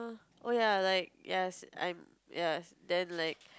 oh ya like yes I'm yes then like